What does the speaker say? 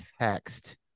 text